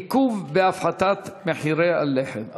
עיכוב בהפחתת מחירי הלחם.